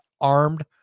armed